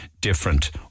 different